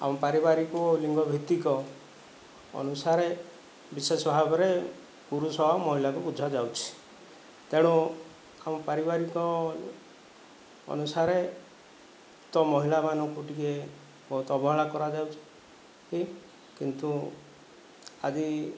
ଆମ ପାରିବାରିକ ଓ ଲିଙ୍ଗଭିତ୍ତିକ ଅନୁସାରେ ବିଶେଷ ଭାବରେ ପୁରୁଷ ଆଉ ମହିଳାକୁ ବୁଝାଯାଉଛି ତେଣୁ ଆମ ପାରିବାରିକ ଅନୁସାରେ ଉକ୍ତ ମହିଳାମାନଙ୍କୁ ଟିକେ ବହୁତ ଅବହେଳା କରାଯାଉଛି ଇ କିନ୍ତୁ ଆଜି